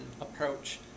approach